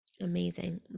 Amazing